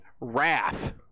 wrath